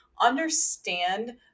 understand